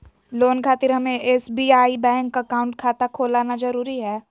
Loan खातिर हमें SBI bank account खाता खोल आना जरूरी है?